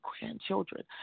grandchildren